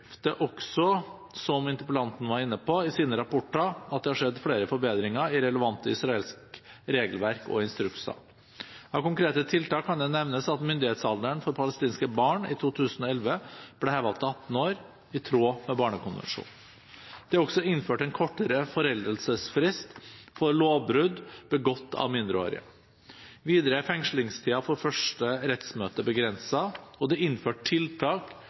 bekrefter også i sine rapporter – som interpellanten var inne på – at det har skjedd flere forbedringer i relevant israelsk regelverk og i instrukser. Av konkrete tiltak kan det nevnes at myndighetsalderen for palestinske barn i 2011 ble hevet til 18 år, i tråd med Barnekonvensjonen. Det er også innført en kortere foreldelsesfrist for lovbrudd begått av mindreårige. Videre er fengslingstiden for første rettsmøte begrenset, og det er innført tiltak